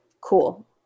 cool